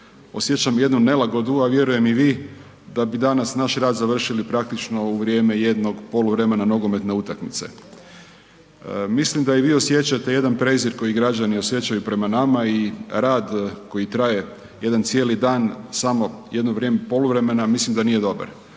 osjećam jednu nelagodu, a vjerujem i vi da bi danas naš rad završili praktično u vrijeme jednog poluvremena nogometne utakmice. Mislim da i vi osjećate jedan prezir koji građani osjećaju prema nama i rad koji traje jedan cijeli dan, samo jedno vrijeme poluvremena, mislim da nije dobar.